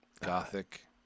Gothic